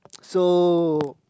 so